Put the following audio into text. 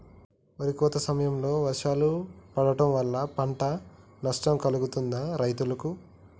వరి కోత సమయంలో వర్షాలు పడటం వల్ల పంట నష్టం కలుగుతదా రైతులకు?